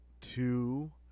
two